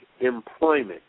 employment